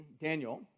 Daniel